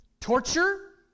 torture